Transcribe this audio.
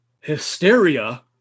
hysteria